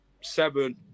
seven